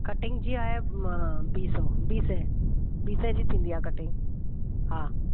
cutting जी आहे म ॿी सौ ॿी सौ ॿी सौ जी थींदी आहे कटिंग हा